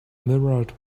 mirrored